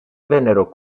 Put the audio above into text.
vennero